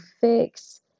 fix